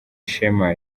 ishema